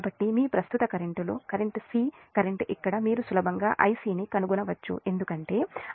కాబట్టి మీ ప్రస్తుత కరెంట్లో కరెంట్ సి కరెంట్ ఇక్కడ మీరు సులభంగా Ic ని కనుగొనవచ్చు ఎందుకంటే Ia Ib Ic 0